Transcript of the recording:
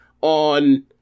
on